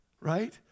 Right